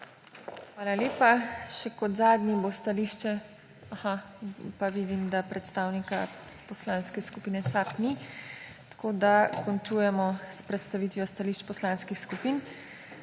Hvala lepa. Še kot zadnji bo stališče … Vidim, da predstavnika Poslanske skupine SAB ni, tako da končujemo s predstavitvijo stališč poslanskih skupin.